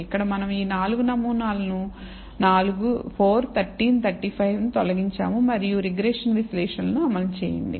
ఇక్కడ మనం ఈ 4 నమూనాలను 4 13 35 తొలగించాము మరియు మరియు రిగ్రెషన్ విశ్లేషణను అమలు చేయండి